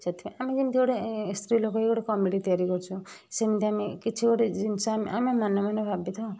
ସେଥିପାଇଁ ଆମେ ଯେମିତି ଗୋଟେ ସ୍ତ୍ରୀଲୋକ ହେଇ କମିଟି ତିଆରି କରୁଛୁ ସେମତି ଆମେ କିଛି ଗୋଟେ ଜିନିଷ ଆମେ ଆମେ ମନେ ମନେ ଭାବିଥାଉ